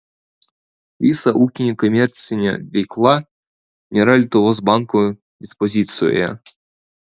visa ūkinė komercinė veikla nėra lietuvos banko dispozicijoje